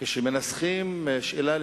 כשמנסחים שאלה,